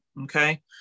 Okay